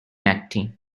acting